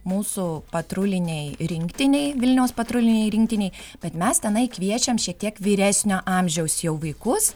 mūsų patrulinei rinktinei vilniaus patrulinei rinktinei bet mes tenai kviečiam šiek tiek vyresnio amžiaus jau vaikus